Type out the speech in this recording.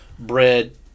bread